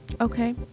Okay